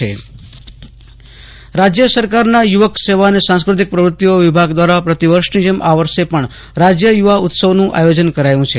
આશુતોષ અંતાણી મહાત્સવ યવા રાજ્ય સરકારના યુવક સેવા અને સાંસ્કૃતિક પ્રવૃત્તિઓ વિભાગ દ્વારા પ્રતિવર્ષની જેમ આ વર્ષે પણ રાજ્ય યુવા ઉત્સવનું આયોજન કરાયું છે